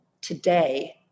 today